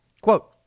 quote